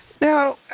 Now